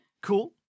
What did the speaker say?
cool